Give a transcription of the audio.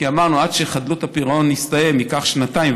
כי אמרנו: עד שחדלות הפירעון יסתיים ייקח שנתיים,